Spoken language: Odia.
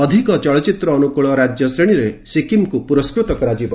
ଅଧିକ ଚଳଚ୍ଚିତ୍ର ଅନୁକୂଳ ରାଜ୍ୟ ଶ୍ରେଣୀରେ ସିକ୍କିମ୍କୁ ପୁରସ୍କୃତ କରାଯିବ